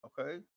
Okay